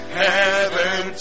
heaven